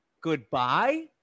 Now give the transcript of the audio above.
goodbye